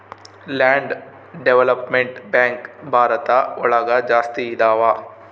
land development bank Bharat ಒಳಗ ಜಾಸ್ತಿ ಇದಾವ